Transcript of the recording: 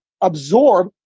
absorb